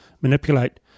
manipulate